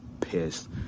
pissed